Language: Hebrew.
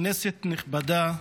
כנסת נכבדה,